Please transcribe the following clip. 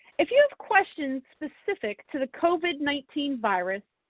if you have questions specific to the covid nineteen virus.